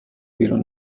بیرون